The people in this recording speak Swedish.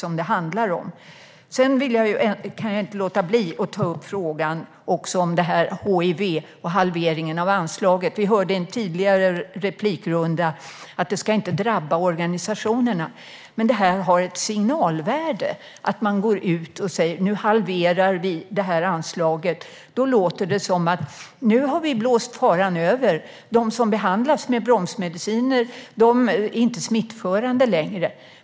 Sedan kan jag inte låta bli att ta upp frågan om hiv och halveringen av anslaget. Vi hörde i en tidigare replikrunda att det inte ska drabba organisationerna. Men det har ett signalvärde att man går ut och säger: Nu halverar vi anslaget. Då låter det som att man har blåst faran över. De som behandlas med bromsmediciner är inte smittförande längre.